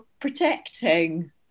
protecting